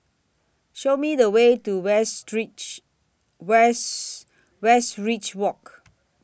Show Me The Way to Wes Westridge Walk